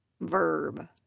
verb